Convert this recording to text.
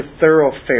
thoroughfare